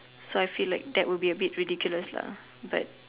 so I feel like that would be a bit ridiculous lah but